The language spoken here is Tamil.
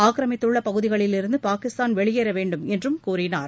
ஆக்கிரமித்துள்ள பகுதிகளிலிருந்து பாகிஸ்தான் வெளியேறவேண்டும் என்று கூறினார்